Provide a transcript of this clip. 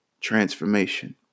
transformation